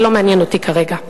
זה לא מעניין אותי כרגע.